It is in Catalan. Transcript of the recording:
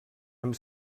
amb